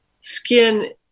skin